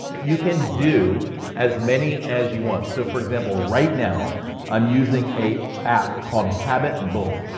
you can do as many as you want. so, for example, right now i'm using a app called habitbull.